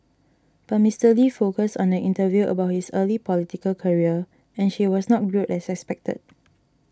but Mister Lee focused on the interview about his early political career and she was not grilled as expected